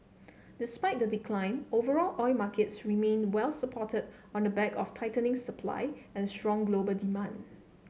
despite the decline overall oil markets remained well supported on the back of tightening supply and strong global demand